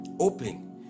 open